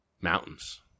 Mountains